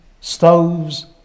stoves